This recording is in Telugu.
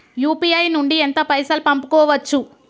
యూ.పీ.ఐ నుండి ఎంత పైసల్ పంపుకోవచ్చు?